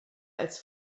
als